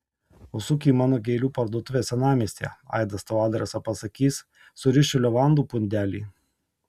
užsuk į mano gėlių parduotuvę senamiestyje aidas tau adresą pasakys surišiu levandų pundelį